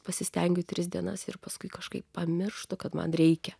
pasistengiu tris dienas ir paskui kažkaip pamirštu kad man reikia